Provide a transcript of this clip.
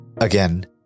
Again